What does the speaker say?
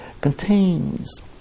contains